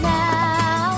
now